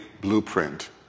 blueprint